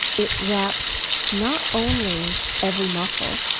it wraps not only every muscle,